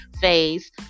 phase